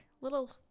little